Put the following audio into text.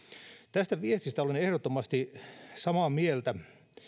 tästä viestistä olen ehdottomasti samaa mieltä